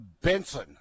Benson